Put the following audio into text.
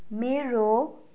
मेरो